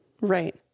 Right